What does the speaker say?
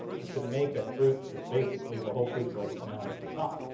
you can make a fruit that's basically the whole fruit's like now like the top.